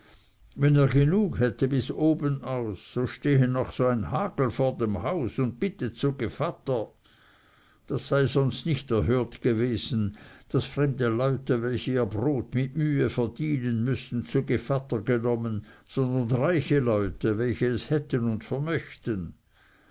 wenn er genug hätte bis obenaus so stehe noch so ein hagel vor dem hause und bitte zu gevatter das sei sonst nicht erhört gewesen daß man fremde leute welche ihr brot mit mühe verdienen müßten zu gevatter genommen sondern reiche leute welche es hätten und vermöchten